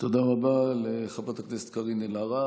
תודה רבה לחברת הכנסת קארין אלהרר.